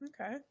Okay